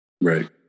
Right